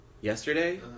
yesterday